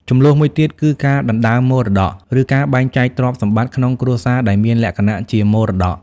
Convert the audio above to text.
ជម្លោះមួយទៀតគឺការដណ្តើមមរតក ឬការបែងចែកទ្រព្យសម្បត្តិក្នុងគ្រួសារដែលមានលក្ខណៈជាមរតក។